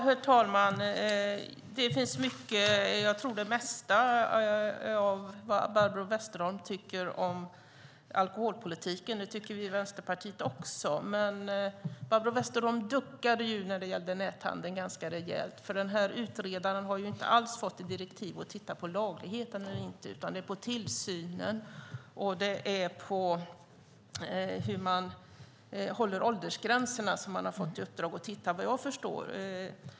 Herr talman! Det mesta Barbro Westerholm tycker om alkoholpolitiken håller vi i Vänsterpartiet med om. Men Barbro Westerholm duckade när det gäller näthandeln ganska rejält. Utredaren har inte alls fått i uppdrag att titta på lagligheten utan på tillsynen och åldersgränserna, såvitt jag förstår.